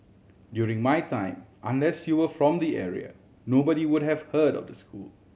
during my time unless you were from the area nobody would have heard of the school